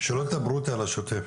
שלא תדברו איתי על השוטף.